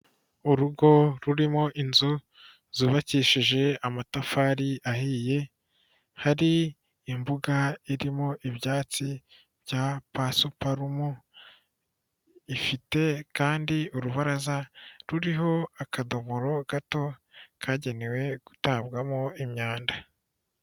Urugo rurimo inzu zubakishije amatafari ahiye, hari imbuga irimo ibyatsi bya pasuparumu, ifite kandi urubaraza ruriho akadomoro gato kagenewe gutabwamo imyanda.